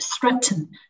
threaten